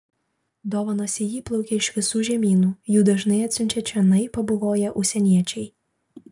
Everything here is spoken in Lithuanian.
dovanos į jį plaukia iš visų žemynų jų dažnai atsiunčia čionai pabuvoję užsieniečiai